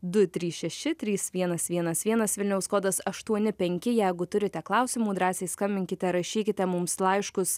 du trys šeši trys vienas vienas vienas vilniaus kodas aštuoni penki jeigu turite klausimų drąsiai skambinkite rašykite mums laiškus